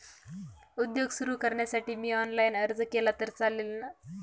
उद्योग सुरु करण्यासाठी मी ऑनलाईन अर्ज केला तर चालेल ना?